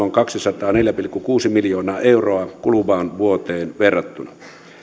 on kaksisataaneljä pilkku kuusi miljoonaa euroa kuluvaan vuoteen verrattuna